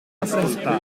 ascoltare